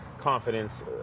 confidence